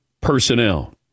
personnel